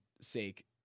sake